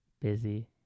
Busy